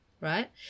Right